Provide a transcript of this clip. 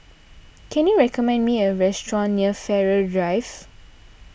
can you recommend me a restaurant near Farrer Drive